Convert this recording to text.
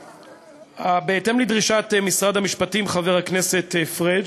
בהתאם לדרישת משרד המשפטים, חבר הכנסת פריג',